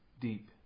deep